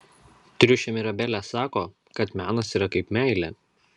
triušė mirabelė sako kad menas yra kaip meilė